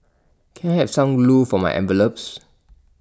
can I have some glue for my envelopes